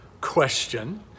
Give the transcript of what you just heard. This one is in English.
question